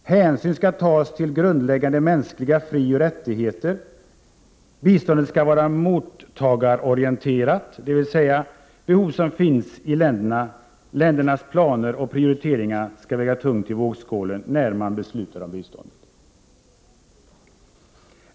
Hänsyn skall tas till grundläggande mänskliga frioch rättigheter. Biståndet skall vara mottagarorienterat, dvs. de behov som finns i länderna, ländernas planer och prioriteringar skall väga tungt i vågskålen när man beslutar om biståndet”.